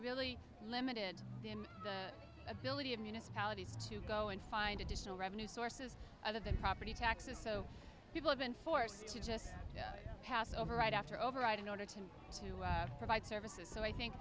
really limited in the ability of municipalities to go and find additional revenue sources other than property taxes so people have been forced to just pass over right after override in order to to provide services so i think